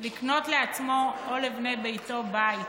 לקנות לעצמו או לבני ביתו בית